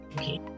okay